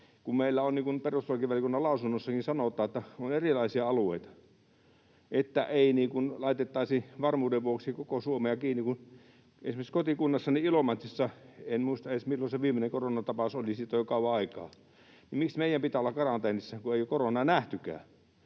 niin kuin perustuslakivaliokunnan lausunnossakin sanotaan, erilaisia alueita, niin ei laitettaisi varmuuden vuoksi koko Suomea kiinni. Esimerkiksi kun kotikunnassani Ilomantsissa en muista edes, milloin se viimeinen koronatapaus oli, siitä on jo kauan aikaa, niin miksi meidän pitää olla karanteenissa, kun ei ole koronaa nähtykään?